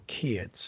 Kids